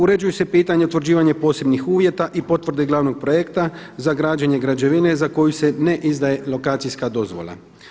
Uređuje se pitanje utvrđivanja posebnih uvjeta i potvrde glavnog projekta za građene građevine za koju se ne izdaje lokacijska dozvola.